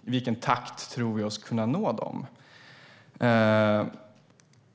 vilken takt vi tror oss kunna nå dem.